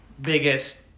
biggest